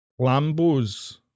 Lambos